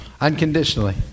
Unconditionally